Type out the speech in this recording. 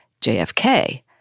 JFK